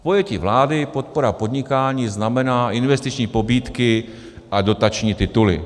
V pojetí vlády podpora podnikání znamená investiční pobídky a dotační tituly.